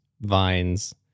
vines